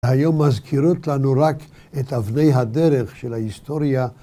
היו מזכירות לנו רק את אבני הדרך של ההיסטוריה.